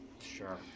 sure